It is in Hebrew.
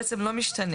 בעצם לא משתנה.